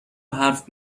حرف